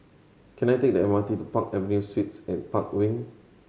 can I take the M R T to Park Avenue Suites and Park Wing